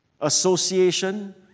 association